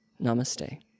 Namaste